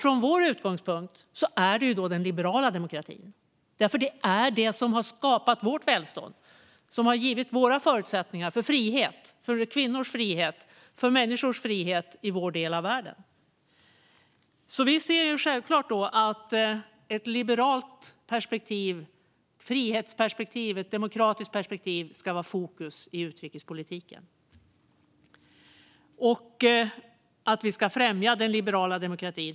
Från vår utgångspunkt handlar det om den liberala demokratin, för det är den som har skapat vårt välstånd och givit våra förutsättningar för frihet - för kvinnors och människors frihet i vår del av världen. Vi anser självklart att ett liberalt perspektiv - ett frihetsperspektiv eller ett demokratiskt perspektiv - ska vara i fokus för utrikespolitiken. Vi anser att den liberala demokratin ska främjas.